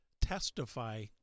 testify